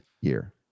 year